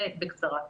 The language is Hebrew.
זה בקצרה.